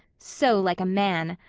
so like a man,